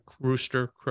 rooster